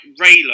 Raylo